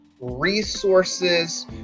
resources